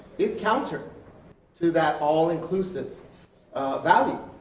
is counter to that all inclusive value.